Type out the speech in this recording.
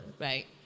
Right